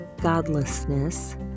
godlessness